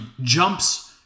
jumps